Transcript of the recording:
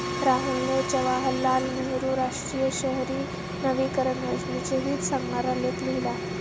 राहुलने जवाहरलाल नेहरू राष्ट्रीय शहरी नवीकरण योजनेचे हित सांगणारा लेख लिहिला